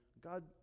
God